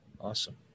awesome